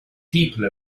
people